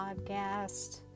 podcast